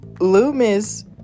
Loomis